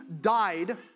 died